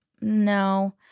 no